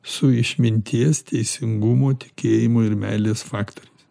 su išminties teisingumo tikėjimo ir meilės faktoriais